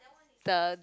the